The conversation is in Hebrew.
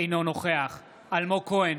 אינו נוכח אלמוג כהן,